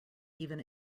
even